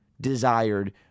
desired